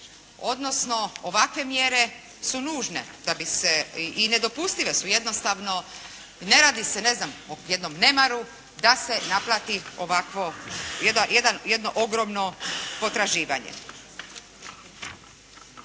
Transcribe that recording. odnosno ovakve mjere su nužne, i nedopustive su jednostavno. I ne radi se ne znam o jednom nemaru da se naplati ovakvo jedno ogromno potraživanje.